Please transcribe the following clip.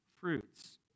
fruits